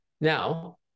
now